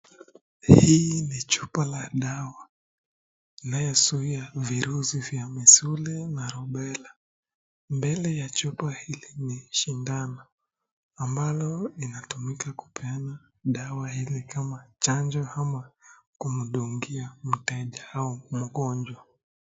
Hii ni chupa la dawa inayozuia virusi vya misuli na rubela. Mbele ya chupa hili ni shindano ambalo linatumika kupeana dawa hili kama chanjo ama kumdungia mteja au mgonjwa.